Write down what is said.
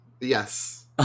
Yes